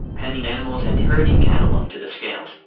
penning animals and herding cattle onto the scales,